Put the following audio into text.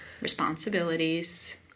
responsibilities